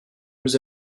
nous